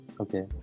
okay